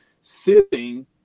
sitting